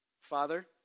Father